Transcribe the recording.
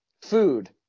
Food